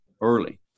early